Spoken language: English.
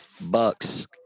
Bucks